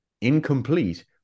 incomplete